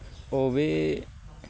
औ बे